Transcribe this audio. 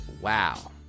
wow